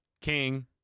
King